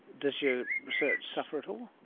does your research suffer at all?